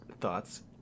thoughts